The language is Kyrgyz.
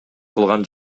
кылган